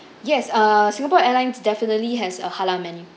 yes uh singapore airlines definitely has a halal menu